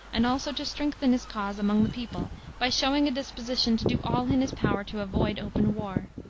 and also to strengthen his cause among the people by showing a disposition to do all in his power to avoid open war.